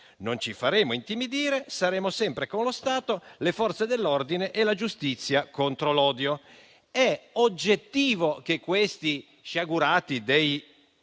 Non ci faremo intimidire. saremo sempre con lo Stato, le Forze dell'ordine e la giustizia contro l'odio». È oggettivo che questi sciagurati